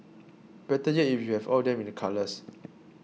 better yet if you have all them in the colours